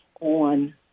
on